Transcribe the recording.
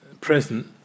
present